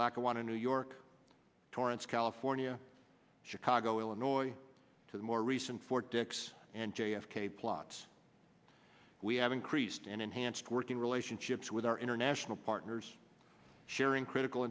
lackawanna new york torrance california chicago illinois to the more recent fort dix and j f k plots we have increased and enhanced working relationships with our international partners sharing critical